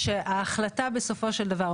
להגנת הסביבה,